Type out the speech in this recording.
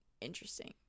interesting